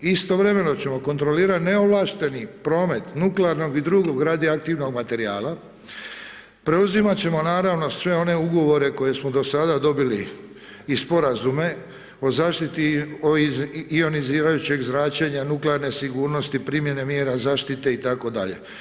Istovremeno ćemo kontrolirati neovlašteni promet nuklearnog i drugog radio aktivnog materijala, preuzimat ćemo naravno sve one ugovore koje smo do sada dobili i sporazume o zaštiti ionizirajućeg zračenja, nuklearne sigurnosti, primjene mjera zaštite i tako dalje.